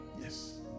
Yes